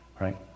right